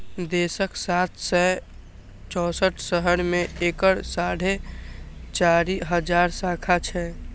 देशक सात सय चौंसठ शहर मे एकर साढ़े चारि हजार शाखा छै